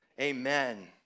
amen